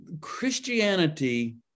Christianity